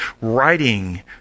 writing